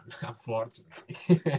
unfortunately